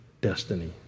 destiny